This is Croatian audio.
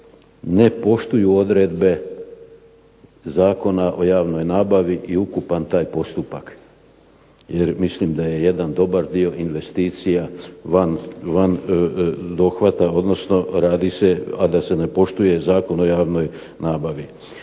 ne poštuju odredbe Zakona o javnoj nabavi i ukupan taj postupak, jer mislim da je jedan dobar dio investicija van dohvata odnosno radi se, a da se ne poštuje Zakon o javnoj nabavi.